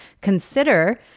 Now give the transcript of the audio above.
consider